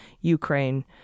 Ukraine